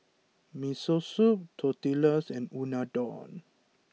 Miso Soup Tortillas and Unadon